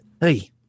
hey